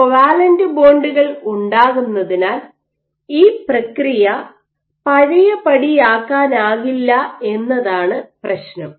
covalent ബോണ്ടുകൾ ഉണ്ടാകുന്നതിനാൽ ഈ പ്രക്രിയ പഴയപടിയാക്കാനാകില്ല എന്നതാണ് പ്രശ്നം